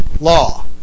law